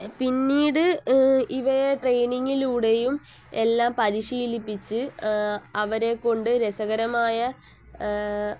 പിന്നീട് ഇവയെ ട്രെയിനിങ്ങിലൂടെയും എല്ലാം പരിശീലിപ്പിച്ച് അവരെക്കൊണ്ട് രസകരമായ